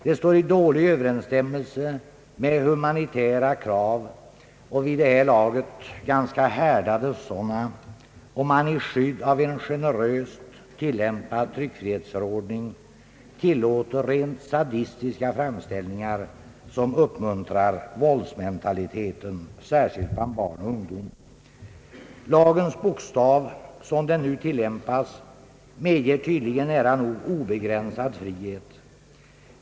Det står i dålig överensstämmelse med humanitära krav — vid det här laget ganska härdade sådana — om man i skydd av en generöst tillämpad tryckfrihetsförordning tillåter rent sadistiska framställningar som uppmuntrar våldsmentaliteten särskilt bland barn och ungdom. Lagens bokstav, sådan den nu tillämpas, medger tydligen nära nog obegränsad frihet.